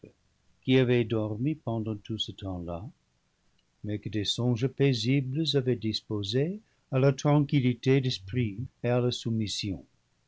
qui avait dormi pendant tout ce temps-là mais que des songes paisibles avaient disposée à la tranquillité d'esprit